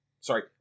Sorry